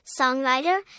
songwriter